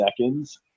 seconds